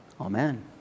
Amen